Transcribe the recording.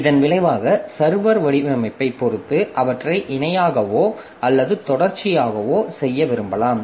இதன் விளைவாக சர்வர் வடிவமைப்பைப் பொறுத்து அவற்றை இணையாகவோ அல்லது தொடர்ச்சியாகவோ செய்ய விரும்பலாம்